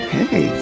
Hey